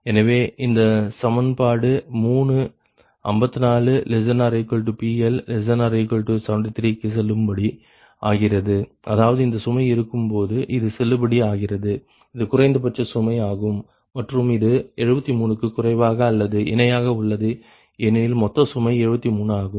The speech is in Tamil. எனவே இந்த சமன்பாடு 3 54≤PL≤73 க்கு செல்லுபடி ஆகிறது அதாவது இந்த சுமை இருக்கும்போது இது செல்லுபடி ஆகிறது இது குறைந்தபட்ச சுமை ஆகும் மற்றும் இது 73 க்கு குறைவாக அல்லது இணையாக உள்ளது ஏனெனில் மொத்த சுமை 73 ஆகும்